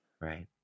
Right